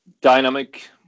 dynamic